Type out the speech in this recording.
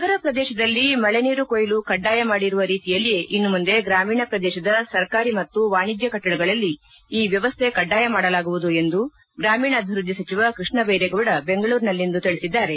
ನಗರ ಪ್ರದೇಶದಲ್ಲಿ ಮಳೆನೀರು ಕೊಯ್ಲು ಕಡ್ಡಾಯ ಮಾಡಿರುವ ರೀತಿಯಲ್ಲಿಯೇ ಇನ್ನು ಮುಂದೆ ಗ್ರಾಮೀಣ ಪ್ರದೇಶದ ಸರ್ಕಾರಿ ಮತ್ತು ವಾಣಿಜ್ಯ ಕಟ್ಟಡಗಳಲ್ಲಿ ಈ ವ್ಯವಸ್ಥೆ ಕಡ್ಡಾಯ ಮಾಡಲಾಗುವುದು ಎಂದು ಗ್ರಾಮೀಣಾಭಿವೃದ್ಧಿ ಸಚಿವ ಕೃಷ್ಣ ಬೈರೇಗೌಡ ಬೆಂಗಳೂರಿನಲ್ಲಿಂದು ತಿಳಿಸಿದ್ದಾರೆ